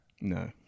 No